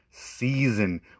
season